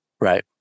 Right